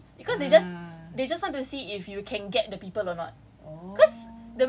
tak tak tak kita play for free cause they just they just want to see if you can get the people or not